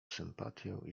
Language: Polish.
sympatię